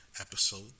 episode